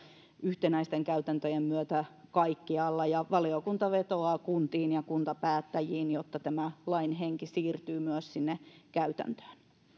yhtenäisten käytäntöjen myötä kaikkialla ja valiokunta vetoaa kuntiin ja kuntapäättäjiin jotta tämä lain henki siirtyy myös sinne käytäntöön